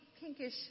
pinkish